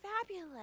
fabulous